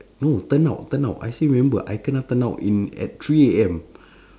no turnout turnout I still remember I kena turnout in at three A_M